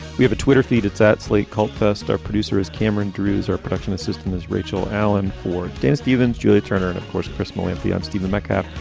we have a twitter feed. it's at slate. colthurst. our producer is cameron drus. our production assistant is rachel allen for dan stevens, julia turner and of course, chris morganfield, stephen mekka.